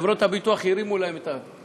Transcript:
חברות הביטוח הרימו להם את,